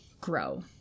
grow